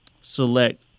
select